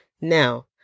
Now